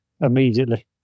immediately